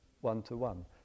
one-to-one